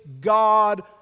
God